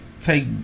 take